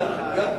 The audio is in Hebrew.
גם.